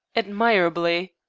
admirably.